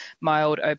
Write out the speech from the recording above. mild